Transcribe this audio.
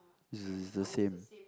it's it's the same